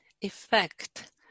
effect